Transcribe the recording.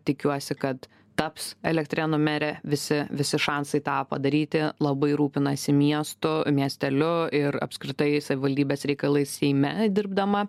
tikiuosi kad taps elektrėnų mere visi visi šansai tą padaryti labai rūpinasi miestu miesteliu ir apskritai savivaldybės reikalais seime dirbdama